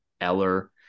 Eller